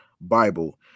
Bible